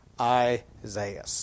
Isaiah